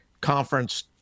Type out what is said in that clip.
conference